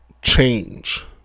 Change